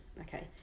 Okay